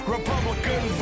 Republican